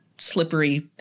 Slippery